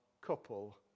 couple